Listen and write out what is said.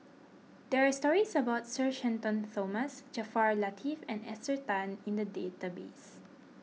there are stories about Sir Shenton Thomas Jaafar Latiff and Esther Tan in the database